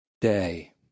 day